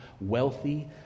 wealthy